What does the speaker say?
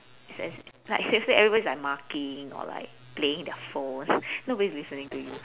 it's as like seriously everybody is like marking or like playing their phone nobody's listening to you